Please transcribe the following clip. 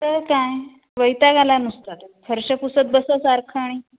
तर काय वैताग आला आहे नुसता फरश्या पुसत बसा सारखं आणि